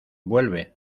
vuelve